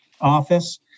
office